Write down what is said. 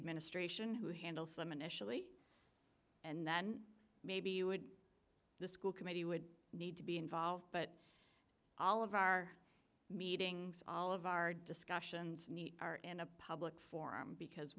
administration who handles them initially and then maybe you would the school committee would need to be involved but all of our meetings all of our discussions are in a public forum because